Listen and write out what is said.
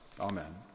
Amen